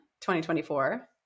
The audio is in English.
2024